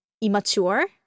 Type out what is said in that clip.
immature